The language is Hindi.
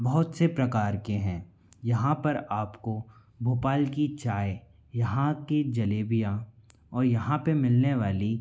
बहुत से प्रकार के हैं यहाँ पर आपको भोपाल की चाय यहाँ के जलेबियाँ और यहाँ पे मिलने वाली